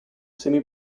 semi